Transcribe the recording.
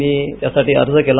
मी त्यासाठी अर्ज केला